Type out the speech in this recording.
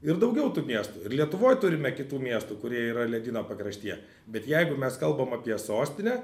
ir daugiau tų miestų ir lietuvoj turime kitų miestų kurie yra ledyno pakraštyje bet jeigu mes kalbam apie sostinę